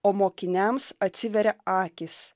o mokiniams atsiveria akys